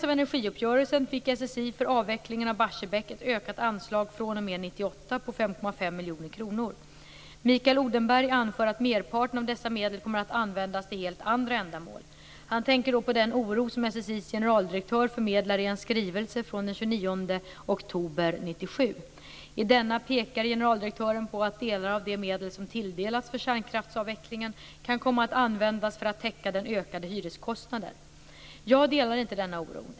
1998 på 5,5 miljoner kronor. Mikael Odenberg anför att merparten av dessa medel kommer att användas till helt andra ändamål. Han tänker då på den oro som SSI:s generaldirektör förmedlar i en skrivelse från den 29 oktober 1997 . I denna pekar SSI:s generaldirektör på att delar av de medel som tilldelats för kärnkraftsavvecklingen kan komma att användas för att täcka den ökade hyreskostnaden. Jag delar inte denna oro.